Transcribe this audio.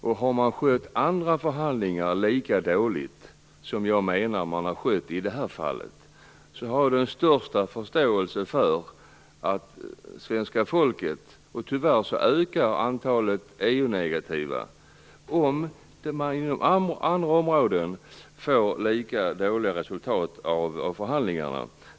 Har man inom andra områden skött förhandlingarna lika dåligt som jag menar att man har gjort i det här fallet, och får lika dåliga resultat, har jag den största förståelse för svenska folkets inställning. Tyvärr ökar antalet EU-negativa.